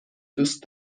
دوست